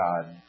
God